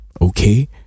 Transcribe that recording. okay